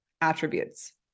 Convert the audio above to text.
attributes